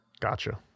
Gotcha